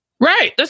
Right